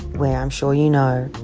where, i'm sure you know,